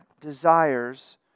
desires